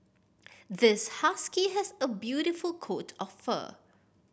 this husky has a beautiful coat of fur